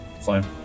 Fine